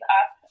up